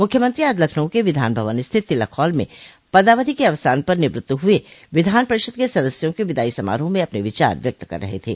मुख्यमंत्री आज लखनऊ के विधान भवन स्थित तिलक हाल में पदावधि के अवसान पर निवृत्त हुए विधान परिषद के सदस्यों के विदाई समारोह में अपने विचार व्यक्त कर रहे थे